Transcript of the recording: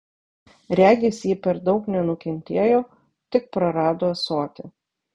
regis ji per daug nenukentėjo tik prarado ąsotį